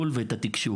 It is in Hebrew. את התרגול, ואת התקשוב.